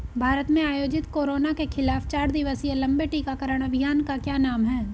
भारत में आयोजित कोरोना के खिलाफ चार दिवसीय लंबे टीकाकरण अभियान का क्या नाम है?